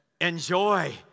Enjoy